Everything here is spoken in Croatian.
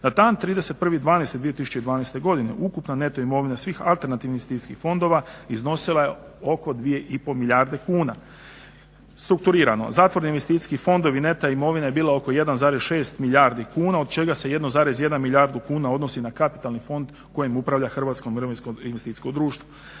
Na dan 31. 12. 2012. ukupno neto imovina svih alternativnih investicijskih fondova iznosila je oko 2 i pol milijarde kuna, strukturirano zatvoreni investicijski fondovi neto imovine je bilo oko 1,6 milijardi kuna od čega se 1,1 milijarda kuna odnosi na kapitalni fond kojim upravlja hrvatsko mirovinsko investicijsko društvo.